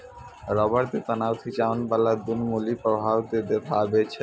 rubber के तनाव खिंचाव बाला गुण मुलीं प्रभाव के देखाबै छै